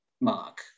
mark